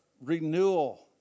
renewal